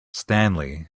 stanley